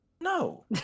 No